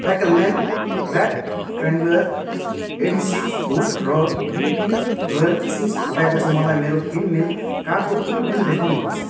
फाकेलम्यान rectangular adhesive hook र BB Royal किसमिस हटाएपछि मलाई मेरो किनमेल कार्टको कुल बिल देखाउनुहोस्